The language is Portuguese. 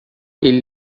ele